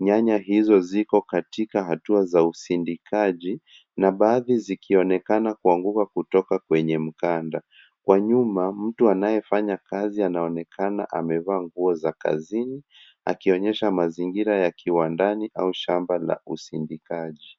Nyanya hizo ziko katika hatua za usindikaji na baadhi zikionekana kuanguka kutoka kwenye mkanda. Kwa nyuma, mtu anayefanya kazi anaonekana amevaa nguo za kazini, akionyesha mazingira ya kiwandani au shamba la usindikaji.